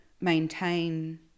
maintain